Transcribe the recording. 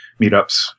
meetups